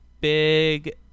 big